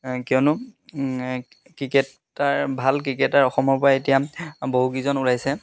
কিয়নো ক্ৰিকেটাৰ ভাল ক্ৰিকেটাৰ অসমৰ পৰা এতিয়া বহুকেইজন ওলাইছে